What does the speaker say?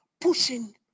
pushing